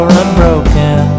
unbroken